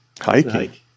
Hiking